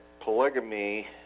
polygamy